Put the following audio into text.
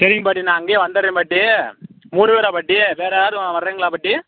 சரிங்க பாட்டி நான் அங்கேயே வந்தர்றேன் பாட்டி மூணுப் பேராக பாட்டி வேறு யாரும் வராங்களா பாட்டி